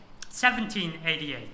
1788